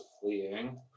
fleeing